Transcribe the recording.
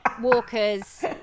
walkers